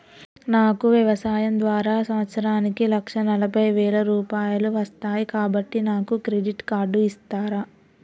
నాకు వ్యవసాయం ద్వారా సంవత్సరానికి లక్ష నలభై వేల రూపాయలు వస్తయ్, కాబట్టి నాకు క్రెడిట్ కార్డ్ ఇస్తరా?